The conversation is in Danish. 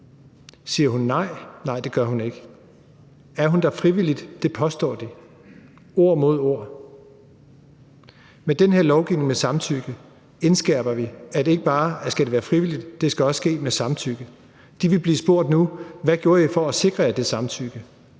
Siger hun nej? Nej, det gør hun ikke. Er hun der frivilligt? Det påstår de; det er ord mod ord. Med den her lovgivning om samtykke indskærper vi, at det ikke bare skal være frivilligt, men at det også skal ske med samtykke. De vil nu blive spurgt: Hvad gjorde I for at sikre jer det samtykke?